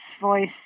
voice